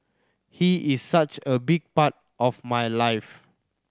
he is such a big part of my life